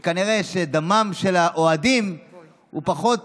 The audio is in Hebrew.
וכנראה שדמם של האוהדים הוא פחות